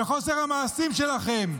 בחוסר המעשים שלכם,